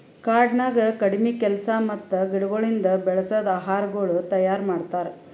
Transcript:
ಕಾಡನ್ಯಾಗ ಕಡಿಮಿ ಕೆಲಸ ಮತ್ತ ಗಿಡಗೊಳಿಂದ್ ಬೆಳಸದ್ ಆಹಾರಗೊಳ್ ತೈಯಾರ್ ಮಾಡ್ತಾರ್